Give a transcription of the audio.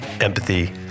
empathy